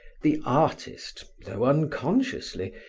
the artist, though unconsciously,